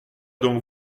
donc